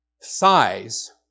size